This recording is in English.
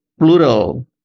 plural